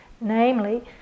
Namely